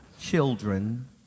children